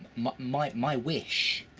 my my wish,